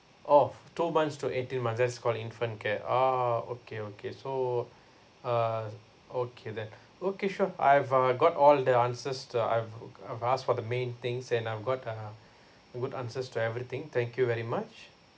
oh two months to eighteen months that's called the infant care oh okay okay so uh okay then okay sure I've uh got all the answers that I've uh ask for the main things and I've got uh good answers to everything thank you very much